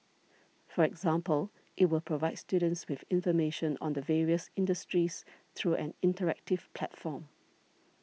for example it will provide students with information on the various industries through an interactive platform